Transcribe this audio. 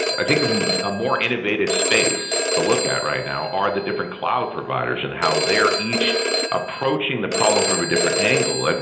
i think a more innovated space to look at right now are the different cloud providers and how they are each approaching the problem from a different angle. and